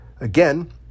Again